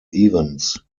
evans